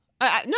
no